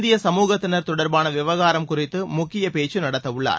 இந்திய சமூகத்தினர் தொடர்பான விவகாரம் குறித்து முக்கிய பேச்சு நடத்தவுள்ளார்